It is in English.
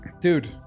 dude